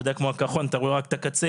אתה יודע כמו הקרחון שאתה רואה רק את הקצה,